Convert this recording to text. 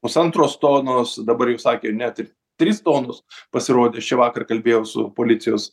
pusantros tonos dabar jau sakė net ir trys tonos pasirodė šįvakar kalbėjau su policijos